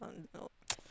um